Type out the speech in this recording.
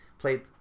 Played